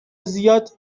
زیاد